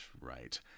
Right